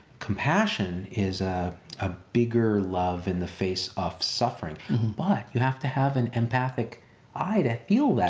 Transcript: compassion is a bigger love in the face of suffering but you have to have an empathic eye to feel that.